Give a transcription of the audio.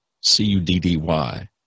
C-U-D-D-Y